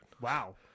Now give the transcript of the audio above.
wow